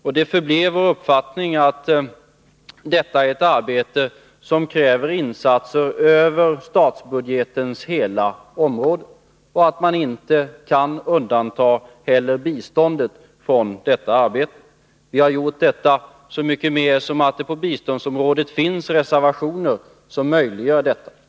Och det förblir vår uppfattning att detta är ett arbete som kräver insatser över statsbudgetens hela område och att man inte heller kan undanta biståndet från det arbetet. Vi håller fast vid den uppfattningen så mycket mer som det på biståndsområdet finns reservationer som möjliggör detta.